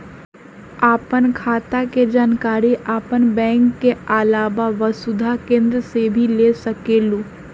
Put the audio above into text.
आपन खाता के जानकारी आपन बैंक के आलावा वसुधा केन्द्र से भी ले सकेलु?